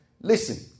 listen